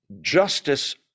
justice